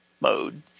mode